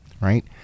Right